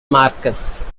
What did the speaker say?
marques